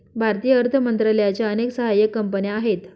भारतीय अर्थ मंत्रालयाच्या अनेक सहाय्यक कंपन्या आहेत